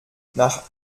nach